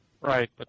Right